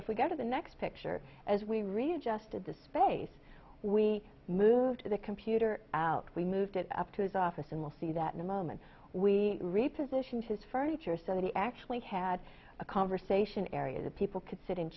if we go to the next picture as we readjusted the space we moved the computer out we moved it up to his office and we'll see that in a moment we repositioned his furniture so that he actually had a conversation area that people could sit